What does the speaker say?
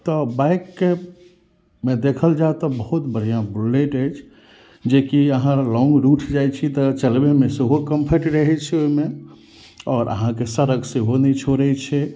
तऽ बाइकमे देखल जाय तऽ बहुत बढ़िऑं बुल्लेट अछि जेकि अहाँ लौंग रूट जाय छी तऽ चलबेमे सेहो कम्फर्ट रहै छै ओहिमे आओर अहाँके सड़क सेहो नै छोड़ै छै